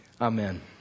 Amen